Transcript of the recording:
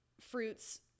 fruits